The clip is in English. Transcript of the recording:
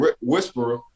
whisperer